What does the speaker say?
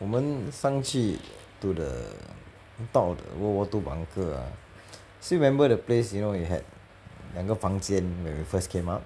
我们上去 to the on top of the world war two bunker ah still remember the place you know we had 两个房间 when we first came up